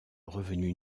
revenu